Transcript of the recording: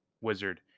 wizard